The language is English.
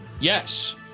Yes